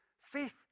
faith